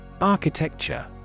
Architecture